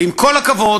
ועם כל הכבוד,